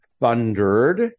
thundered